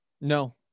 No